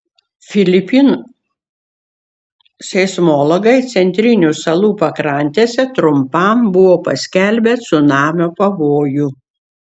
filipinų seismologai centrinių salų pakrantėse trumpam buvo paskelbę cunamio pavojų